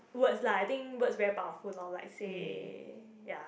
words lah I think words very powerful lor like say